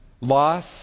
loss